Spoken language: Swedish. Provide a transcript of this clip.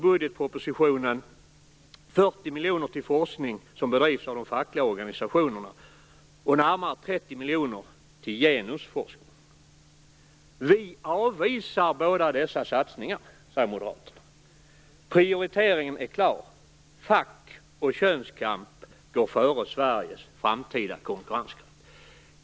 miljoner till forskning som bedrivs av de fackliga organisationerna och närmare 30 miljoner till genusforskning. Moderaterna säger att de avvisar båda dessa satsningar. Moderaterna säger att prioriteringen är klar: Fack och könskamp går före Sveriges framtida konkurrenskraft.